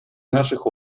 наших